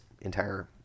entire